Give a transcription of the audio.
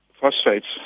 phosphates